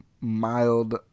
mild